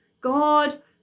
God